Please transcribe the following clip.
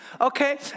Okay